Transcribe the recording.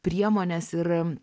priemones ir